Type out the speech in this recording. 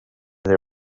they